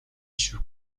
шүү